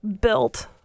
built